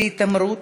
להתעמרות,